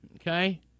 okay